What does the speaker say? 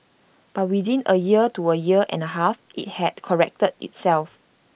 but within A year to A year and A half IT had corrected itself